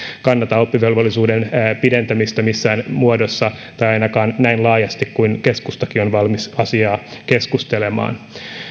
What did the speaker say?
kannata oppivelvollisuuden pidentämistä missään muodossa tai ainakaan näin laajasti kuin keskustakin on valmis asiasta keskustelemaan